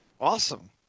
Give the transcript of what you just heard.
Awesome